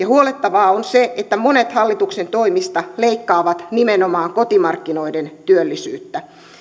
huolettavaa on se että monet hallituksen toimista leikkaavat nimenomaan kotimarkkinoiden työllisyyttä